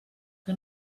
que